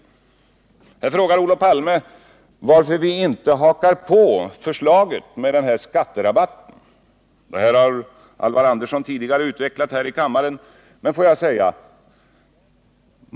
Olof Palme frågar i det sammanhanget varför vi inte hakar på förslaget om en skatterabatt. Alvar Andersson har tidigare utvecklat detta i kammaren, men låt mig ändå framhålla följande.